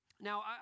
Now